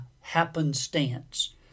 happenstance